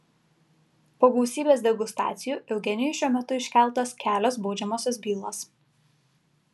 po gausybės degustacijų eugenijui šiuo metu iškeltos kelios baudžiamosios bylos